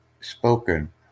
spoken